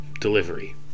delivery